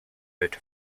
out